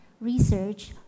research